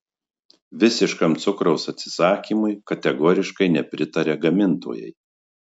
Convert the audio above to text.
visiškam cukraus atsisakymui kategoriškai nepritaria gamintojai